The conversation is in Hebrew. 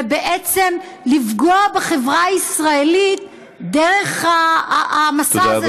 ובעצם לפגוע בחברה הישראלית דרך המסע,